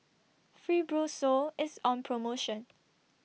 Fibrosol IS on promotion